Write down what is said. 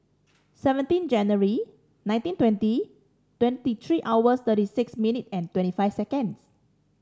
seventeen January nineteen twenty twenty three hours thirty six minute and twenty five seconds